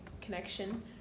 connection